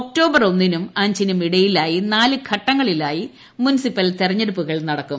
October ഒന്നിനും അഞ്ചിനും ഇടയിലായി നാല് ഘട്ടങ്ങളിലായി മുൻസിപ്പൽ ബോഡി തെരഞ്ഞെടുപ്പുകൾ നടക്കും